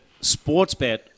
Sportsbet